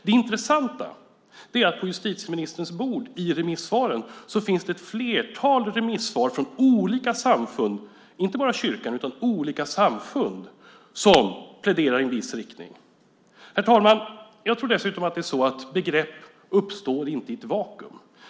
Det intressanta är att på justitieministerns bord, bland remissvaren, finns det ett flertal remissvar från olika samfund, inte bara kyrkan, som pläderar i en viss riktning. Herr talman! Jag tror dessutom att det är så att begrepp inte uppstår i ett vakuum.